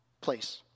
place